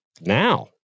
now